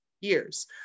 years